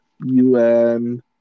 UN